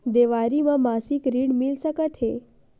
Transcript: देवारी म मासिक ऋण मिल सकत हे?